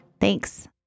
Thanks